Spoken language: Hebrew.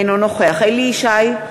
אינו נוכח אליהו ישי,